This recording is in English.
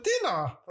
dinner